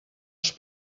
els